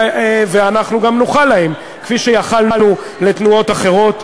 ואנחנו גם נוכל להם, כפי שיכולנו לתנועות אחרות,